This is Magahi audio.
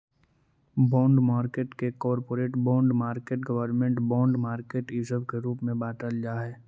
बॉन्ड मार्केट के corporate bond market government bond market इ सब के रूप में बाटल जा हई